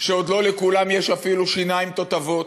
שעוד לא לכולם יש אפילו שיניים תותבות.